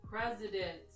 President